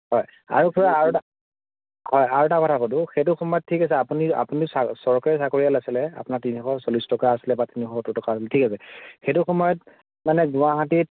হয় আৰু খুড়া আৰু এটা হয় আৰু এটা কথা সুধো সেইটো সময়ত ঠিক আছে আপুনি আপুনি চা চৰকাৰী চাকৰিয়াল আছিলে আপোনাৰ তিনিশ চল্লিছ টকা আছিলে বা তিনিশ সত্তৰ টকা হ'ল ঠিক আছে সেইটো সময়ত মানে গুৱাহাটীত